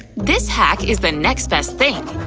this hack is the next best thing!